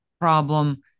problem